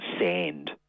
sand